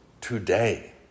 today